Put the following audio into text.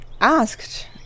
asked